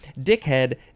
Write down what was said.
Dickhead